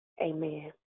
Amen